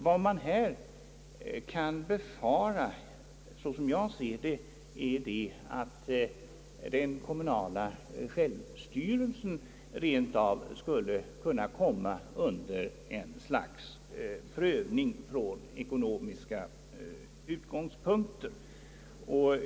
Vad man här kan befara, såsom jag ser det, är att den kommunala självstyrelsen rentav skulle kunna komma att utsättas för ett slags prövning från ekonomiska utgångspunkter.